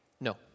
No